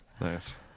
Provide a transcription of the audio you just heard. nice